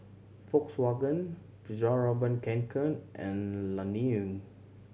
Volkswagen Fjallraven Kanken and Laneige